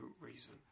reason